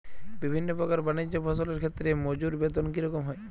বিভিন্ন প্রকার বানিজ্য ফসলের ক্ষেত্রে মজুর বেতন কী রকম হয়?